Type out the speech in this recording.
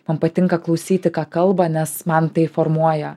man patinka klausyti ką kalba nes man tai formuoja